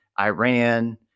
iran